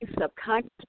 subconscious